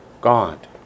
God